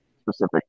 specific